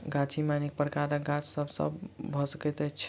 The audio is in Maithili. गाछी मे अनेक प्रकारक गाछ सभ भ सकैत अछि